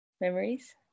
memories